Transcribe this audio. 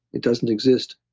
it doesn't exist,